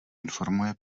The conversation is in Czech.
informuje